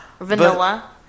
Vanilla